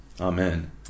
Amen